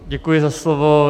Děkuji za slovo.